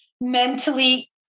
mentally